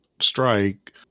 strike